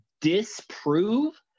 disprove